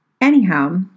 Anyhow